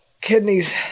Kidneys